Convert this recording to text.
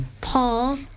Paul